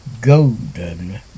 golden